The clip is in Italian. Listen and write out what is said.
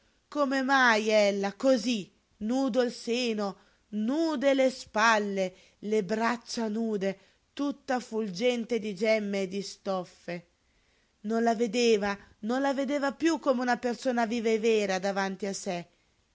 come mai ella cosí nudo il seno nude le spalle le braccia nude tutta fulgente di gemme e di stoffe non la vedeva non la vedeva piú come una persona viva e vera davanti a sé